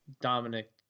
dominic